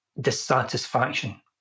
dissatisfaction